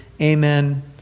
amen